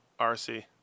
RC